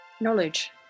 Knowledge